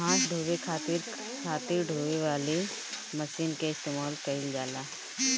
घास ढोवे खातिर खातिर ढोवे वाली मशीन के इस्तेमाल कइल जाला